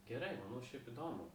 gerai nu šiaip įdomu